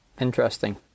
Interesting